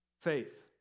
faith